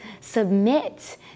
submit